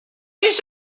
les